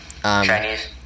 Chinese